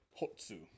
Hotsu